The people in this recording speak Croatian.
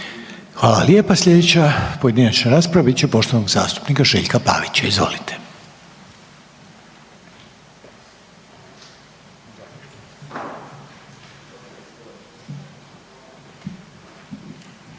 Hvala lijepa. Sljedeća pojedinačna rasprava bit će poštovanog zastupnika Željka Pavića. Izvolite.